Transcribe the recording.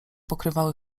pokrywały